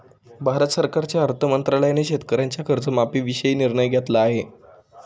भारत सरकारच्या अर्थ मंत्रालयाने शेतकऱ्यांच्या कर्जमाफीविषयी निर्णय घेतला आहे